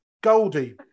Goldie